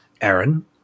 Aaron